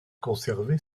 conservé